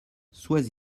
sois